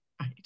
right